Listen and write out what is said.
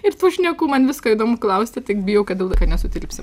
ir tų šnekų man visko įdomu klausti tik bijau kad į laiką nesutilpsim